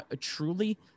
truly